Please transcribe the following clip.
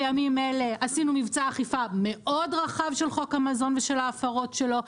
עשינו מבצע אכיפה מאוד רחב של חוק המזון ושל ההפרות שלו,